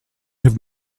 have